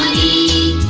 ie